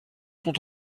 sont